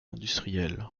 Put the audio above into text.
industrielle